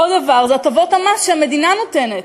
עוד דבר זה הטבות המס שהמדינה נותנת.